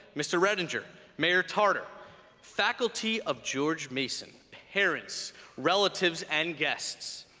mr. reitinger, mayor tarter faculty of george mason parents relatives and guests.